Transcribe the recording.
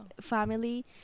Family